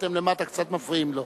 אתם למטה קצת מפריעים לו.